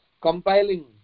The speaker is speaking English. compiling